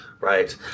Right